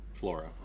Flora